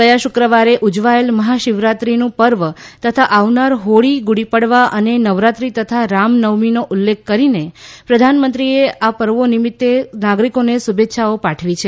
ગયા શુક્રવારે ઉજવાયેલ મહાશિવરાત્રીનું પર્વ તથા આવનાર હોળી ગુડી પડવા અને નવરાત્રી તથા રામ નવમીનો ઉલ્લેખ કરીને પ્રધાનમંત્રીએ આ પર્વો નિમિત્તે નાગરીકોને શુભેચ્છાઓ પાઠવી છે